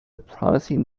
promising